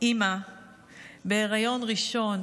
אימא בהיריון ראשון,